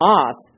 off